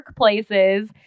workplaces